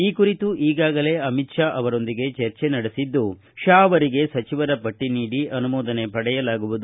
ಈ ಕುರಿತು ಈಗಾಗಲೇ ಅಮಿತ್ ಶಾ ಅವರೊಂದಿಗೆ ಚರ್ಚೆ ನಡೆಸಿದ್ದು ಶಾ ಅವರಿಗೆ ಸಚಿವರ ಪಟ್ಟಿ ನೀಡಿ ಅನುಮೋದನೆ ಪಡೆಯಲಾಗುವುದು